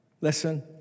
Listen